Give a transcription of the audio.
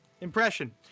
Impression